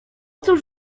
cóż